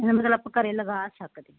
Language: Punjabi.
ਇਹਦਾ ਮਤਲਬ ਆਪਾਂ ਘਰੇ ਲਗਾ ਸਕਦੇ